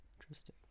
Interesting